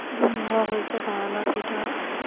গোন্ধ হৈছে গড়ালৰ ভিতৰত